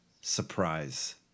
surprise